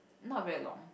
not very long